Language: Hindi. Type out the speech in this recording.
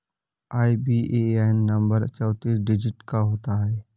आई.बी.ए.एन नंबर चौतीस डिजिट का होता है